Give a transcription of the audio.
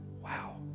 wow